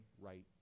right